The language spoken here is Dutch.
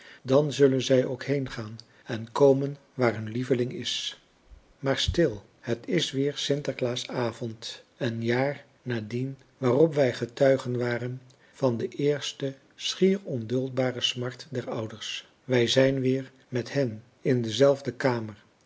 dan zullen zij ook heengaan en komen waar hun lieveling is maar stil het is weer sinterklaasavond een jaar na dien waarop wij getuigen waren van de eerste schier onduldbare smart der ouders wij zijn weer met hen in dezelfde kamer